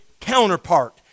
counterpart